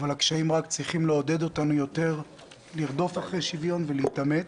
אבל הקשיים רק צריכים לעודד אותנו יותר לרדוף אחרי שוויון ולהתאמץ,